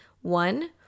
one